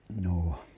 No